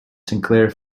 sinclair